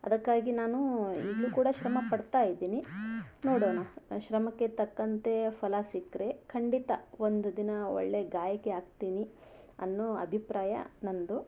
ಅದಕ್ಕಾಗಿ ನಾನು ಈಗಲೂ ಕೂಡ ಶ್ರಮ ಪಡ್ತಾ ಇದ್ದೀನಿ ನೋಡೋಣ ಶ್ರಮಕ್ಕೆ ತಕ್ಕಂತೆ ಫಲ ಸಿಕ್ಕರೆ ಖಂಡಿತ ಒಂದು ದಿನ ಒಳ್ಳೆಯ ಗಾಯಕಿ ಆಗ್ತೀನಿ ಅನ್ನೋ ಅಭಿಪ್ರಾಯ ನನ್ನದು